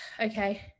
okay